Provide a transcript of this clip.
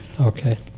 Okay